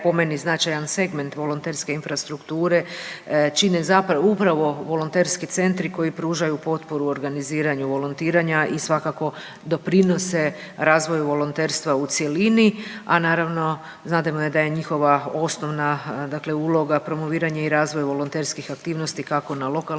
po meni značajan segment volonterske infrastrukture čine zapravo, upravo volonterski centri koji pružaju potporu organiziranju volontiranja i svakako doprinose razvoju volonterstva u cjelini, a naravno znademo da je njihova osnovna dakle uloga promoviranje i razvoj volonterskih aktivnosti kako na lokalnoj